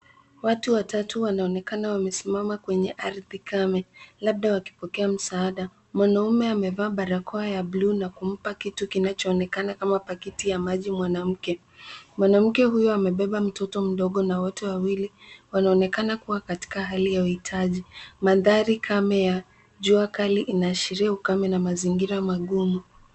Watu watatu wanonekana wamesimama kwenye ardhi kame. Labda wakipokea msaada. Mwanaume amevaa barakoa ya bluu na kumpa kitu kinachoonekana kama pakiti ya maji mwanamke. Mwanamke huyo amebeba mtoto mdogo na wote wawili wanaonekana kuwa katika hali ya uhitaji. Mandhari kame ya jua kali inaashiria ukame na mazingira magumu.